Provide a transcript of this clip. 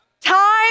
Time